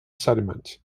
sediment